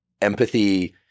empathy